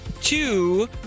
two